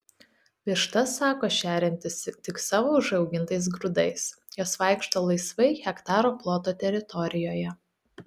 vištas sako šeriantis tik savo užaugintais grūdais jos vaikšto laisvai hektaro ploto teritorijoje